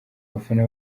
abafana